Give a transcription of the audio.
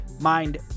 mind